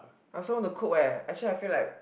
I also wanna cook eh actually I feel like